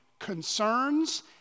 concerns